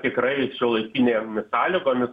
tikrai šiuolaikinėmis sąlygomis